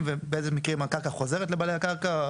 ובאיזה מקרים הקרקע חוזרת לבעלי הקרקע.